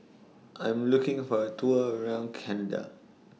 I'm looking For A Tour around Canada